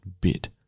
bit